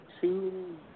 two